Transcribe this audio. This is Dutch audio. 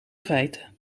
feiten